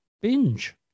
binge